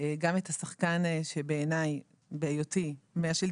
גם בהיותי חלק מהמערכת הזו,